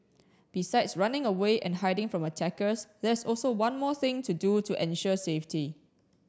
besides running away and hiding from attackers there's also one more thing to do to ensure safety